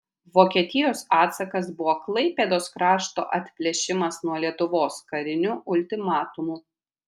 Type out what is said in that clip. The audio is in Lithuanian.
vokietijos atsakas buvo klaipėdos krašto atplėšimas nuo lietuvos kariniu ultimatumu